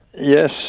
Yes